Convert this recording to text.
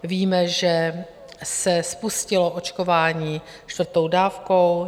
Víme, že se spustilo očkování čtvrtou dávkou.